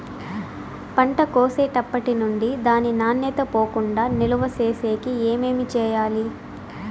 పంట కోసేటప్పటినుండి దాని నాణ్యత పోకుండా నిలువ సేసేకి ఏమేమి చేయాలి?